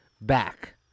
back